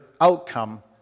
outcome